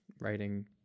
writing